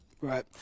Right